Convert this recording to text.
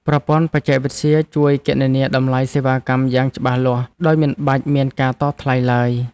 ប្រព័ន្ធបច្ចេកវិទ្យាជួយគណនាតម្លៃសេវាកម្មយ៉ាងច្បាស់លាស់ ដោយមិនបាច់មានការតថ្លៃឡើយ។